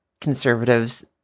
conservatives